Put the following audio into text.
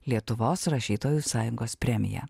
lietuvos rašytojų sąjungos premija